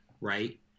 right